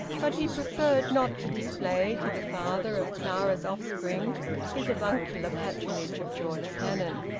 but he preferred not to display to the father of clara's offspring his avuncular patronage of george cannon,